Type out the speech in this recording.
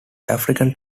african